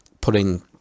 putting